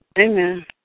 Amen